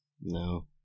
No